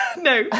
No